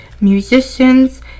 musicians